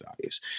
values